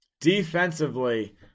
Defensively